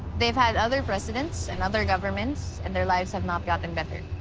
they've had other presidents and other governments, and their lives have not gotten better.